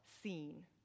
seen